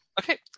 Okay